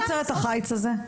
מה יוצר את החיץ הזה.